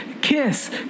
Kiss